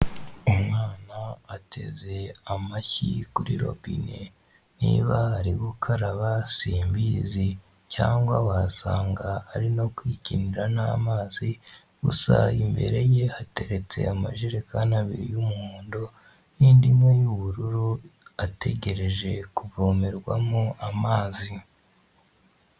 Umwana ateze amashyi kuri robine niba ari gukaraba simbizi cyangwa wasanga ari no kwikinira n'amazi, gusa imbere ye hateretse amajerekani abiri y'umuhondo n'indi imwe y'ubururu ategereje kuvomerwamo amazi.